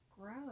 gross